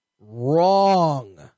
wrong